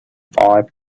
five